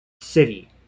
city